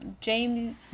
James